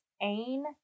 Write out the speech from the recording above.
Ain